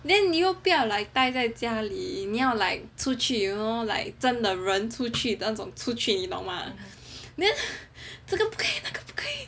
then 你又不要待在家里你要 like you know like 人出去真的人出去你懂吗这个不可以那个不可以